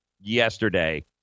yesterday